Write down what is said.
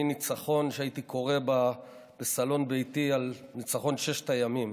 ניצחון שהייתי קורא בסלון ביתי על ניצחון ששת הימים,